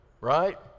Right